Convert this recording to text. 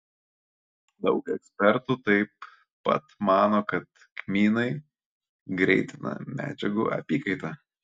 daug ekspertų taip pat mano kad kmynai greitina medžiagų apykaitą